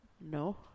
No